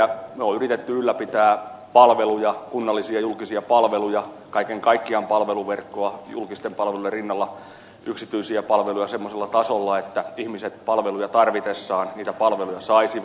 me olemme yrittäneet ylläpitää palveluja kunnallisia julkisia palveluja kaiken kaikkiaan palveluverkkoa julkisten palvelujen rinnalla yksityisiä palveluja semmoisella tasolla että ihmiset palveluja tarvitessaan niitä palveluja saisivat